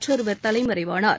மற்றொருவர் தலைமறைவானார்